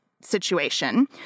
situation